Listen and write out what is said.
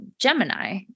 Gemini